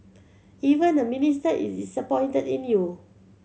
even the Minister is disappointed in you